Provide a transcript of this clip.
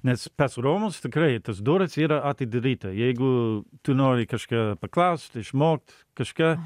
nes pas romus tikrai tos durys yra atidaryta jeigu tu nori kažką paklaust išmokt kažką